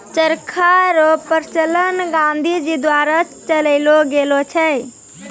चरखा रो प्रचलन गाँधी जी द्वारा चलैलो गेलो छै